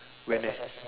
when there's